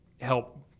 help